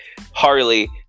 Harley